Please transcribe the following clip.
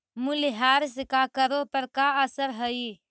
मूल्यह्रास का करों पर का असर हई